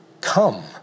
come